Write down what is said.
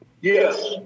Yes